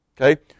okay